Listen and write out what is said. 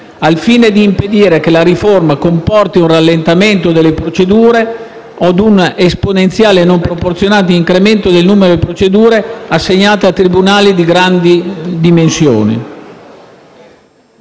al fine di impedire che la riforma comporti un rallentamento dei tempi delle procedure conseguente ad un esponenziale e non proporzionato incremento del numero delle procedure assegnate a tribunali di grandi dimensioni,